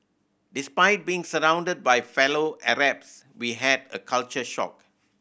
despite being surrounded by fellow Arabs we had a culture shock